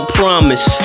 promise